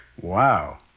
Wow